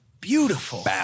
Beautiful